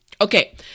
Okay